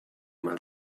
mal